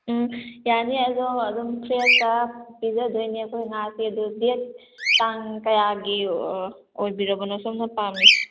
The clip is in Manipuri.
ꯎꯝ ꯌꯥꯅꯤ ꯑꯗꯣ ꯑꯗꯨꯝ ꯐ꯭ꯂꯦꯠꯇ ꯄꯤꯖꯗꯣꯏꯅꯦ ꯑꯩꯈꯣꯏ ꯉꯥꯁꯦ ꯑꯗꯨ ꯗꯦꯠ ꯇꯥꯡ ꯀꯌꯥꯒꯤ ꯑꯣꯏꯕꯤꯔꯕꯅꯣ ꯁꯣꯝꯅ ꯄꯥꯝꯃꯤꯁꯤ